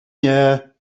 nie